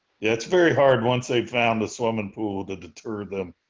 it's very hard once they found a swimming pool to deter them.